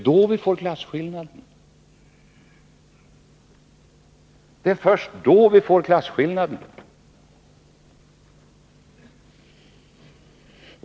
Det är då, men först då, som vi får klasskillnaden.